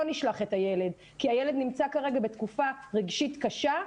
נשלח את הילד כי הילד נמצא כרגע בתקופה רגשית קשה,